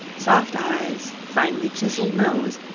soft eyes, finely chiselled nose,